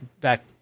back